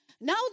Now